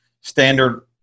standard